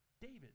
david